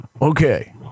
okay